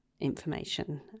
information